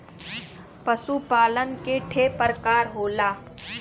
पशु पालन के ठे परकार होला